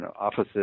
offices